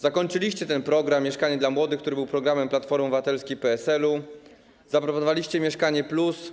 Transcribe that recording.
Zakończyliście program „Mieszkanie dla młodych”, który był programem Platformy Obywatelskiej i PSL-u, i zaproponowaliście „Mieszkanie+”